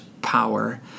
Power